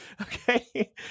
Okay